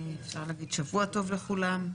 אפשר להגיד שבוע טוב לכולם.